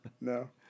no